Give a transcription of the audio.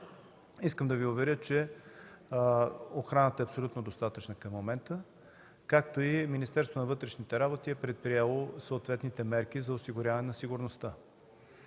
Искам да Ви уверя, че охраната е абсолютно достатъчна към момента, както и че Министерството на вътрешните работи е предприело съответните мерки за сигурността.